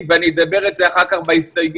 ואני מתכוון לחקירה האפידמיולוגית הכי בסיסית